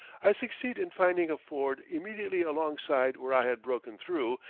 i succeed in finding a ford immediately alongside where i had broken through,